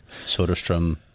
Soderstrom